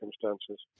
circumstances